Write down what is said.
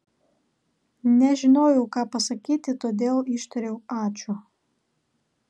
nežinojau ką pasakyti todėl ištariau ačiū